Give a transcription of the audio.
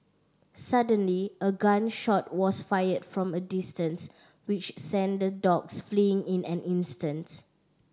suddenly a gun shot was fired from a distance which sent the dogs fleeing in an instant